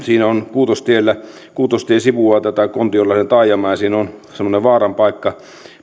kuutostie sivuaa kontiolahden taajamaa ja siinä on semmoinen vaaran paikka